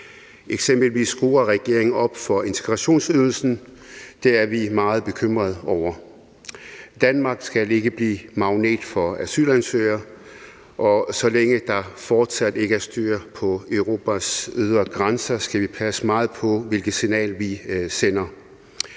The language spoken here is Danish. Eksempelvis skruer regeringen op for integrationsydelsen, og det er vi meget bekymret over. Danmark skal ikke blive magnet for asylansøgere, og så længe der fortsat ikke er styr på Europas ydre grænser, skal vi passe meget på, hvilket signal vi sender,